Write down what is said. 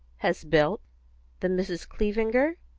has built the misses clevinger,